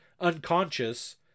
unconscious